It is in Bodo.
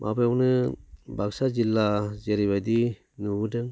माबायावनो बाक्सा जिल्ला जेरैबायदि नुबोदों